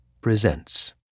Presents